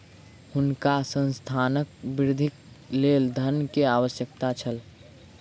हुनका संस्थानक वृद्धिक लेल धन के आवश्यकता छल